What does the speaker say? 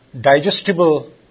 digestible